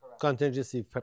contingency